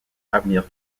avenir